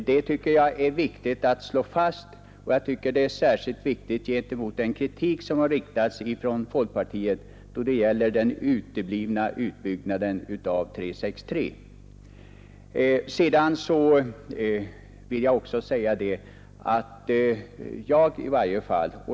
Det är viktigt att slå fast detta, särskilt efter den kritik som har riktats mot regeringen då det gäller den uteblivna utbyggnaden av väg 363.